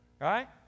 Right